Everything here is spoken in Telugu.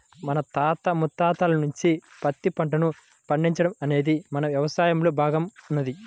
మన తాత ముత్తాతల నుంచే పత్తి పంటను పండించడం అనేది మన యవసాయంలో భాగంగా ఉన్నది